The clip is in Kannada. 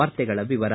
ವಾರ್ತೆಗಳ ವಿವರ